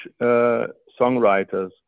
songwriters